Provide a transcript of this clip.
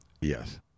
yes